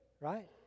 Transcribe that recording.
right